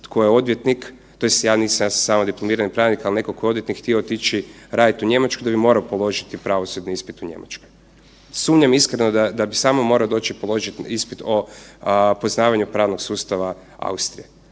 tko je odvjetnik, tj. ja nisam, ja sam samo dipl. pravnik, ali netko tko je odvjetnik htio otići u Njemačku, da bi morao položiti pravosudni ispit u Njemačkoj. Sumnjam iskreno, da bi samo morao doći i položiti ispit o poznavanju pravnog sustava Austrije.